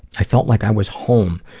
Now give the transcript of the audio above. i felt like i was home.